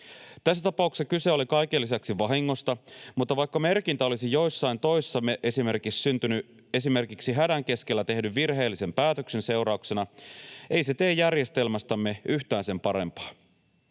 Tässä tapauksessa kyse oli kaiken lisäksi vahingosta, mutta vaikka merkintä olisi jossain toisessa esimerkissä syntynyt esimerkiksi hädän keskellä tehdyn virheellisen päätöksen seurauksena, ei se tee järjestelmästämme yhtään sen parempaa.